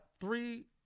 three